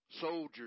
Soldiers